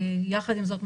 יחד עם זאת,